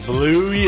Blue